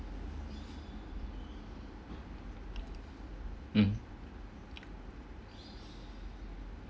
mm